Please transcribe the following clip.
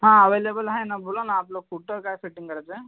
हां अव्हेलेबल आहे ना बोला ना आपलं कुठं काय फिटिंग करायचं आहे